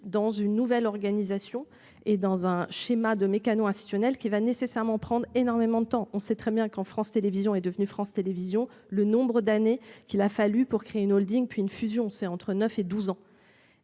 dans une nouvelle organisation. Et dans un schéma de mécano institutionnel qui va nécessairement prendre énormément de temps, on sait très bien qu'en France Télévision est devenue France Télévision le nombre d'années qu'il a fallu pour créer une Holding puis une fusion, c'est entre 9 et 12 ans.